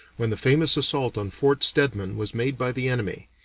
when the famous assault on fort stedman was made by the enemy,